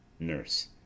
Nurse